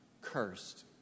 cursed